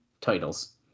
titles